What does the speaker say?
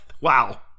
Wow